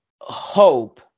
hope